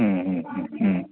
ഉം ഉം ഉം